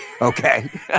okay